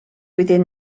within